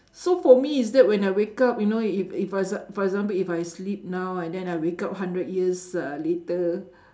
so for me it's that when I wake up you know if if for exa~ for example if I sleep now and then I wake up hundred years uh later